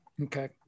Okay